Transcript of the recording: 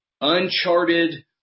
uncharted